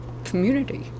Community